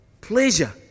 pleasure